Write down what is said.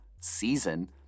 season